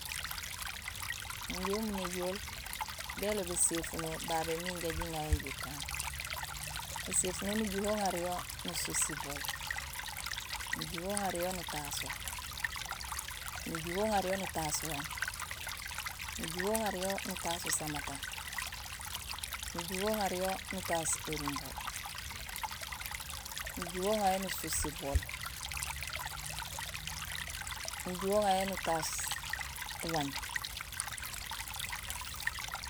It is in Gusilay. Injé umu néjool béloob éséfuno babé miin inja jiŋayo jikaan. Ēséfuno nujuhé uŋaar yo nusuus sibool, nujuhé uŋaar yo nutaso, nujuhé uŋaar yo nutaas waañ, nujuhé uŋaar yo nutaas usamata, nujuhé uŋaar yo nutaas érumbo, nujuhé uŋaar yo nusuus sibool, nujuhé uŋaar yo nutaas waañ,